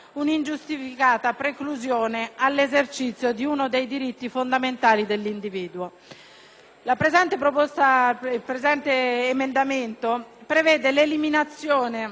L'emendamento 35.0.100 prevede l'eliminazione della privazione del diritto di elettorato attivo dall'elenco delle pene accessorie.